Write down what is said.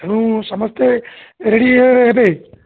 ତେଣୁ ସମସ୍ତେ ରେଡ଼ି ହେବେ